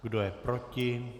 Kdo je proti?